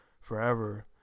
Forever